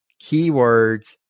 Keywords